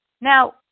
Now